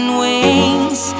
wings